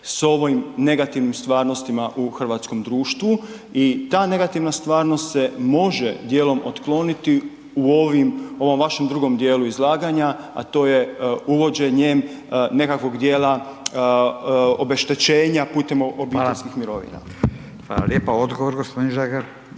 s ovim negativnim stvarnostima u hrvatskom društvu i ta negativna stvarnost se može dijelom otkloniti u ovom vašem drugom dijelu izlaganja, a to je uvođenjem nekakvog dijela obeštećenja putem obiteljskih mirovina. **Radin, Furio (Nezavisni)**